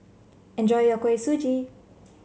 enjoy your Kuih Suji